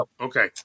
okay